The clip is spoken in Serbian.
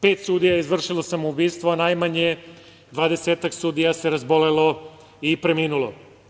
Pet sudija je izvršilo samoubistvo, a najmanje dvadesetak sudija se razbolelo i preminulo.